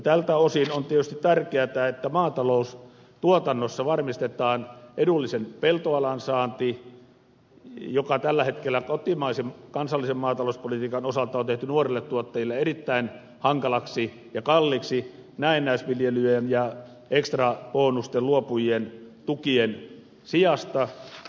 tältä osin on tietysti tärkeätä että maataloustuotannossa varmistetaan edullisen peltoalan saanti mikä tällä hetkellä kotimaisen kansallisen maatalouspolitiikan osalta on tehty nuorille tuottajille erittäin hankalaksi ja kalliiksi näennäisviljelyn ja ekstrabonusten luopujien tukien sijasta